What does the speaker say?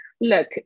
look